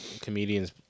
comedians